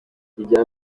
gatera